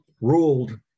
ruled